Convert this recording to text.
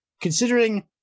considering